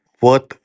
worth